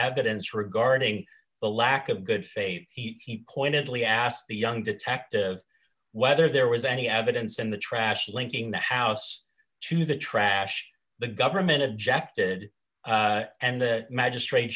evidence regarding the lack of good faith he pointedly asked the young detective whether there was any evidence in the trash linking the house to the trash the government objected and the magistra